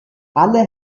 alle